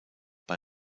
bei